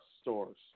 stores